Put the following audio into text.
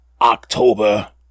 October